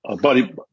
Buddy